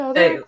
Hey